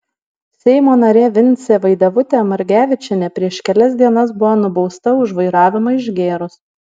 seimo narė vincė vaidevutė margevičienė prieš kelias dienas buvo nubausta už vairavimą išgėrus